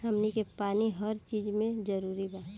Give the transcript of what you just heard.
हमनी के पानी हर चिज मे जरूरी बा